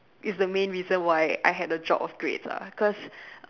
is the main reason why I had a dropped of grades lah cause